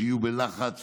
שיהיו בלחץ